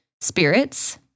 spirits